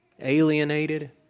Alienated